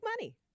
money